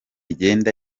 igenda